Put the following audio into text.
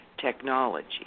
technology